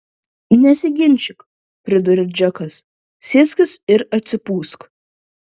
nesiginčyk priduria džekas sėskis ir atsipūsk